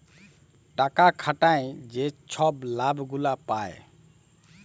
টাকা খাটায় যে ছব লাভ গুলা পায়